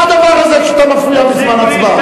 מה הדבר הזה שאתה מפריע בזמן הצבעה?